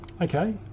okay